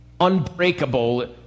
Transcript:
unbreakable